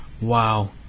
wow